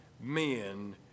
men